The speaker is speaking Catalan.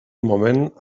moment